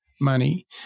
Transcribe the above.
money